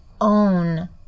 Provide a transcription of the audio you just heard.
own